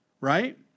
right